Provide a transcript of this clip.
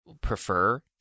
prefer